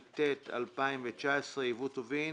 התשע"ט-2019 (יבוא טובין